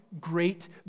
great